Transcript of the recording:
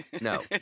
No